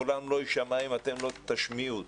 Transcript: קולם לא יישמע אם אתם לא תשמיעו אותו.